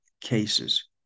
cases